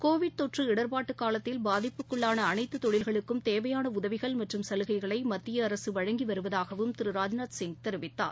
Covid தொற்று இடர்பாட்டுக் காலத்தில் பாதிப்புக்குள்ளாள அனைத்து தொழில்களுக்கும் தேவையான உதவிகள் மற்றும் சலுகைகளை மத்திய அரசு வழங்கி வருவதாகவும் திரு ராஜ்நாத் சிங் தெரிவித்தார்